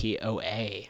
POA